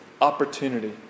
opportunity